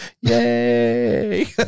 Yay